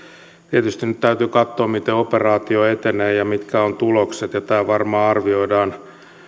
tietysti nyt täytyy katsoa miten operaatio etenee ja mitkä ovat tulokset tämä varmaan arvioidaan